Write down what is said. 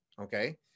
Okay